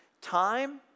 time